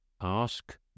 Ask